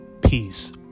peace